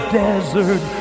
desert